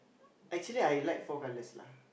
actually I like four colours lah